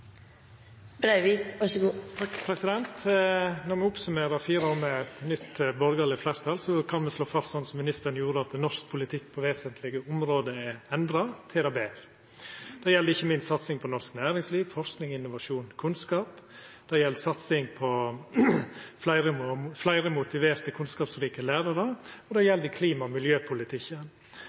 Når me oppsummerer fire år med nytt borgarleg fleirtal, kan me slå fast, som ministeren gjorde, at norsk politikk på vesentlege område er endra til det betre. Det gjeld ikkje minst satsing på norsk næringsliv, forsking, innovasjon og kunnskap, det gjeld satsing på fleire motiverte, kunnskapsrike lærarar, og det gjeld i klima- og miljøpolitikken.